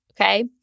Okay